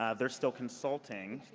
ah they're still consulting.